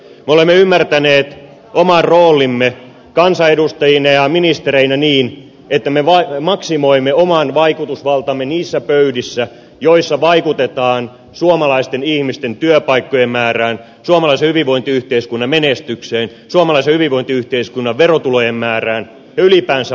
me olemme ymmärtäneet oman roolimme kansanedustajina ja ministereinä niin että me maksimoimme oman vaikutusvaltamme niissä pöydissä joissa vaikutetaan suomalaisten ihmisten työpaikkojen määrään suomalaisen hyvinvointiyhteiskunnan menestykseen suomalaisen hyvinvointiyhteiskunnan verotulojen määrään ja ylipäänsä vakauteen